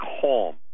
calm